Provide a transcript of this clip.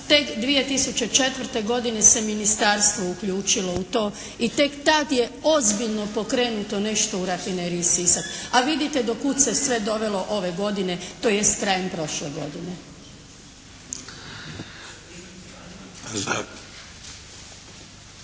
2004. godine se ministarstvo uključilo to i tek tada je ozbiljno pokrenuto nešto u Rafineriji Sisak. A vidite do kud se sve dovelo ove godine, tj. krajem prošle godine.